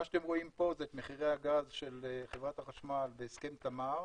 מה שאתם רואים פה זה את מחירי הגז של חברת החשמל בהסכם תמר,